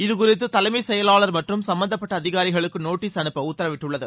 இதுகுறித்து தலைமை செயலாளர் மற்றும் சும்பந்தப்பட்ட அதிகாரிகளுக்கு நோட்டீஸ் அனுப்ப உத்தரவிட்டுள்ளது